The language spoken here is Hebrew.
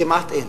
כמעט אין.